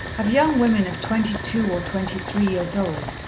of young women of twenty-two or twenty-three years old,